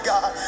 God